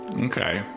Okay